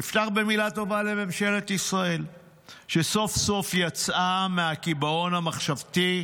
אמרתי בפומבי גם אחרי 7 באוקטובר,